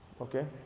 Okay